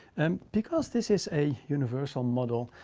um because this is a universal model.